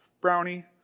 brownie